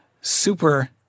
super